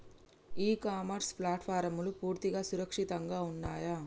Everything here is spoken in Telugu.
ఇ కామర్స్ ప్లాట్ఫారమ్లు పూర్తిగా సురక్షితంగా ఉన్నయా?